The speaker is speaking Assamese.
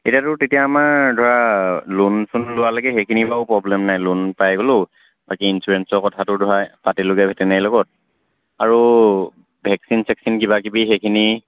এতিয়াতো তেতিয়া আমাৰ ধৰা লোন চোন লোৱালেকে সেইখিনি বাৰু প্ৰব্লেম নাই লোন পাই গ'লো বাকী ইঞ্চুৰেঞ্চৰ কথাটো ধৰা পাতিলোগৈ ভেটেনেৰীৰ লগত আৰু ভেকচিন চেকচিন কিবা কিবি সেইখিনি